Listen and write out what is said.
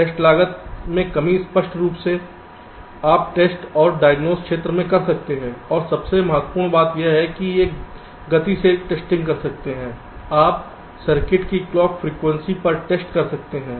test लागत में कमी स्पष्ट रूप से आप टेस्ट और डायग्नोज क्षेत्र में कर सकते हैं और सबसे महत्वपूर्ण बात यह है कि गति से टेस्टिंग कर सकते हैं आप सर्किट की क्लॉक फ्रिकवेंसी पर टेस्ट कर सकते हैं